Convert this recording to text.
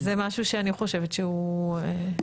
זה משהו שאני חושבת שהוא טריוויאלי.